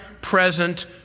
present